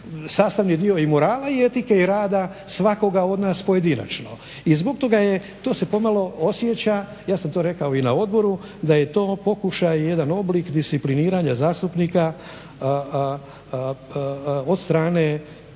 sastavni dio i morala i etike i rada svakoga od nas pojedinačno. I zbog toga je, to se pomalo osjeća. Ja sam to rekao i na odboru da je to pokušaj, jedan oblik discipliniranja zastupnika od strane